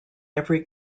every